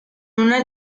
una